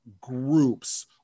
groups